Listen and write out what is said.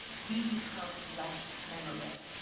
we become less memorable.